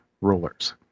rulers